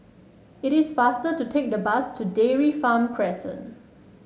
it is faster to take the bus to Dairy Farm Crescent